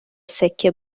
سکه